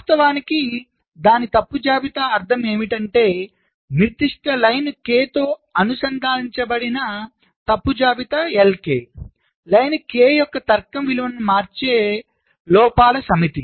వాస్తవానికి దాని తప్పు జాబితా అర్ధం ఏమిటంటే నిర్దిష్ట పంక్తి k తో అనుబంధించబడిన తప్పు జాబితా Lk పంక్తి k యొక్క తర్కం విలువను మార్చే లోపాల సమితి